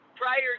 prior